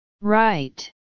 right